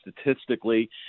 statistically